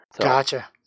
Gotcha